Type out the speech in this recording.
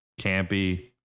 campy